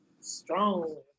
strong